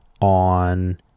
on